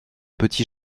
petit